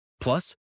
Plus